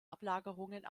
ablagerungen